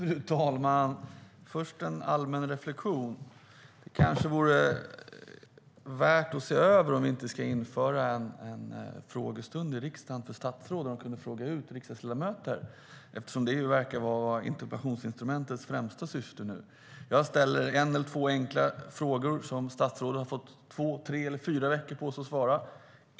Fru talman! Först en allmän reflexion: Det kanske vore värt att se över om vi inte ska införa en frågestund där statsråden kan fråga ut riksdagsledamöter, eftersom det verkar vara interpellationsinstrumentets främsta syfte nu. Jag ställer en eller två enkla frågor som statsrådet har fått två, tre eller fyra veckor på sig att besvara.